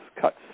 cuts